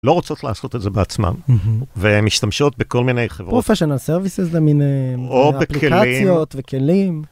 לא רוצות לעשות את זה בעצמם, ומשתמשות בכל מיני חברות.. פרופסיונל סרוויסס למיניהם, אפליקציות וכלים.